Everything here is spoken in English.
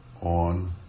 on